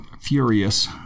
Furious